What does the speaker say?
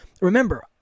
Remember